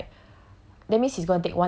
so is like